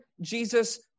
Jesus